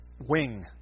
wing